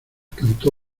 cantó